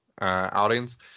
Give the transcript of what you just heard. outings